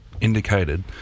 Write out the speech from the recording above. indicated